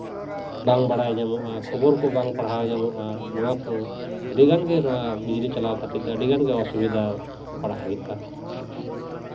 ᱵᱟᱝ ᱵᱟᱲᱟᱭ ᱧᱟᱢᱚᱜᱼᱟ ᱠᱷᱚᱵᱚᱨ ᱠᱚ ᱵᱟᱝ ᱯᱟᱲᱦᱟᱣ ᱧᱟᱢᱚᱜᱼᱟ ᱱᱚᱣᱟ ᱠᱚ ᱟᱹᱰᱤᱜᱟᱱ ᱜᱮ ᱱᱚᱣᱟ ᱵᱤᱡᱽᱞᱤ ᱪᱟᱞᱟᱣ ᱠᱷᱟᱹᱛᱤᱨ ᱛᱮ ᱟᱹᱰᱤ ᱜᱟᱱ ᱜᱮ ᱚᱥᱩᱵᱤᱫᱷᱟ ᱯᱟᱲᱟᱜ ᱦᱩᱭᱩᱜᱼᱟ